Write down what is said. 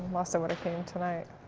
why so but i came tonight.